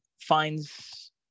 finds